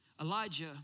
Elijah